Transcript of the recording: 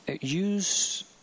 use